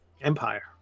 Empire